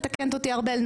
מתקנת אותי ארבל,